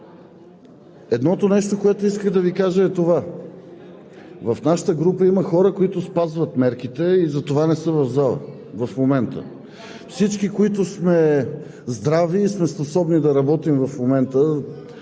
Едното нещо, което исках да Ви кажа, е това: в нашата група има хора, които спазват мерките, и затова не са в залата в момента. Всички, които сме здрави и способни да работим в момента,